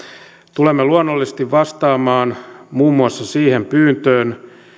tulemme luonnollisesti vastaamaan muun muassa siihen pyyntöön